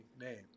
name